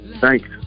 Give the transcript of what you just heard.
Thanks